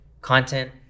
content